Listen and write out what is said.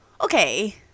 okay